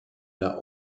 der